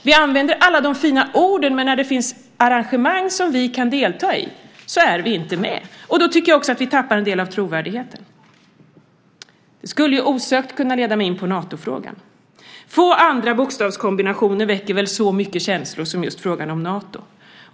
Vi använder alla de fina orden, men när det finns arrangemang som vi kan delta i är vi inte med. Då tycker jag också att vi tappar en del av trovärdigheten. Det skulle osökt kunna leda mig in på Natofrågan. Få andra bokstavskombinationer väcker väl så mycket känslor.